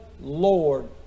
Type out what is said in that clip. Lord